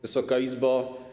Wysoka Izbo!